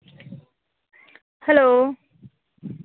hello